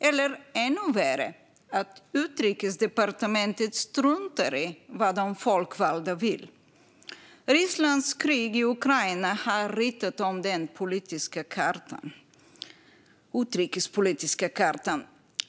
Eller ännu värre, att Utrikesdepartementet struntar i vad de folkvalda vill? Rysslands krig i Ukraina har ritat om den utrikespolitiska kartan.